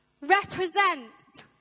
represents